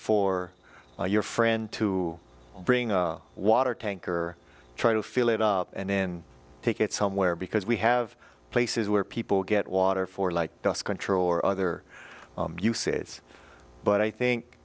for your friend to bring a water tank or try to fill it up and in take it somewhere because we have places where people get water for like dust control or other uses but i think